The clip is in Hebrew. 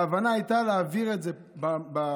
ההבנה הייתה להעביר את זה בוועדה.